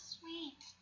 sweet